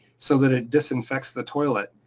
so that it disinfect the toilet,